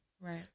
right